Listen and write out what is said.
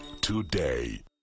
today